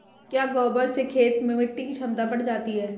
क्या गोबर से खेत में मिटी की क्षमता बढ़ जाती है?